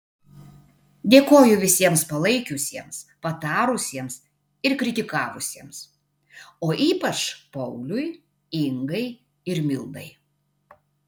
dėkoju visiems palaikiusiems patarusiems ir kritikavusiems o ypač pauliui ingai ir mildai